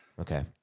Okay